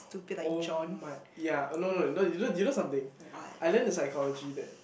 oh my ya uh no no no you know do you know something I learn the psychology that